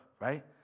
Right